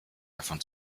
davon